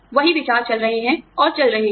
वही विचार चल रहे हैं और चल रहे हैं